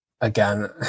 again